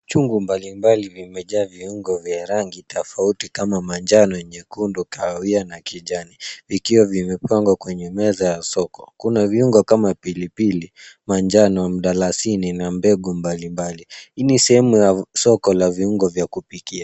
Chungu mbalimbali vimejaa viungo vya rangi tofauti kama manjano, nyekundu, kahawia na kijani, vikiwa vimepangwa kwenye meza ya soko. Kuna viungo kama pilipili, manjano, mdalasini na mbegu mbalimbali. Hii ni sehemu ya soko la viungo vya kupikia.